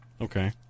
Okay